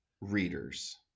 readers